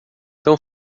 tão